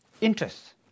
interests